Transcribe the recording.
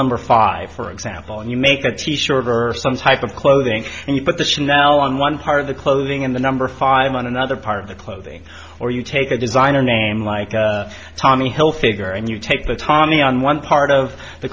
number five for example and you make a t shirt or some type of clothing and you put the shoe now on one part of the clothing in the number five on another part of the clothing or you take a designer name like tommy hilfiger and you take the tommy on one part of the